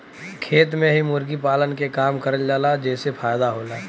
खेत में ही मुर्गी पालन के काम करल जाला जेसे फायदा होला